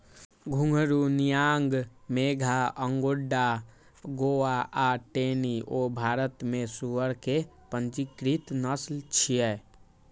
घूंघरू, नियांग मेघा, अगोंडा गोवा आ टेनी वो भारत मे सुअर के पंजीकृत नस्ल छियै